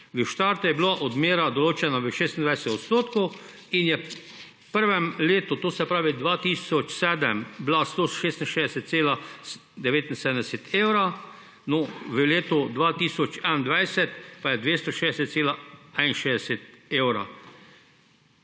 V štartu je bilo odmera določena v 26 % in je v prvem letu, to se pravi leta 2007, bila 166,79 evra; v letu 2021 pa je 260,61 evra.